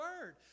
Word